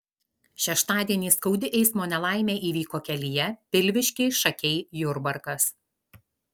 šeštadienį skaudi eismo nelaimė įvyko kelyje pilviškiai šakiai jurbarkas